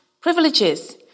privileges